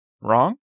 Wrong